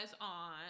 on